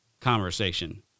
conversation